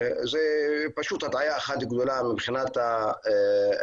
זה פשוט הטעיה אחת גדולה מבחינת המספרים,